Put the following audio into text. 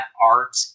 art